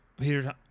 Peter